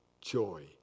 joy